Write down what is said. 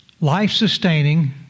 life-sustaining